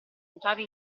entrare